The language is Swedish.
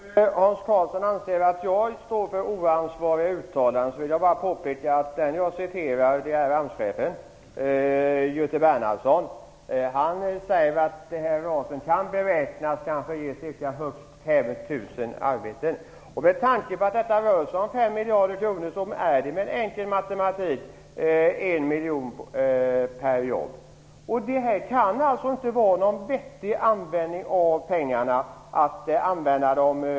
Herr talman! Om Hans Karlsson anser att jag står för oansvariga uttalanden vill jag bara påpeka att jag citerade AMS-chefen Göte Bernhardsson. Han säger att RAS kan beräknas ge högst 5 000 arbeten. Med tanke på att det rör sig om 5 miljarder kronor blir det med enkel matematik 1 miljon per jobb. Detta kan inte vara en vettig användning av pengarna.